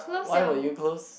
why will you close